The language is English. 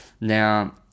Now